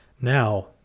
Now